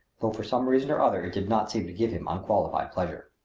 though for some reason or other it did not seem to give him unqualified pleasure.